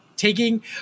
taking